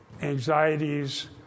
anxieties